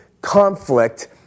conflict